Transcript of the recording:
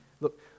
Look